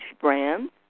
brands